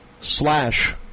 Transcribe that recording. slash